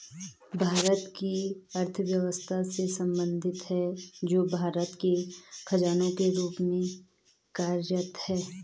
भारत की अर्थव्यवस्था से संबंधित है, जो भारत के खजाने के रूप में कार्यरत है